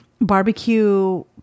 Barbecue